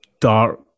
dark